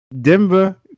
Denver